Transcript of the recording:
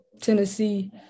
Tennessee